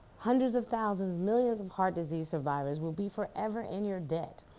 hundreds of thousands, millions of heart disease survivors will be forever in your debt,